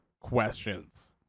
questions